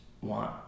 want